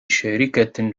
شركة